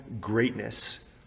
greatness